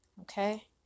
okay